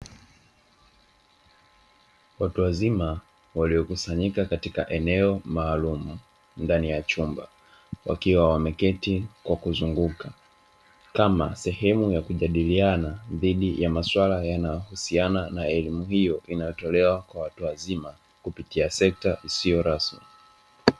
Watu wazima waliokusanyika katika eneo maalum ndani ya chumba wakiwa wameketi kwa kuzunguka, kama sehemu ya kujadiliana dhidi ya maswala yanayohusiana na elimu hiyo inaotolewa kwa watu wazima kupitia sekta isiyo rasmi.